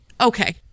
Okay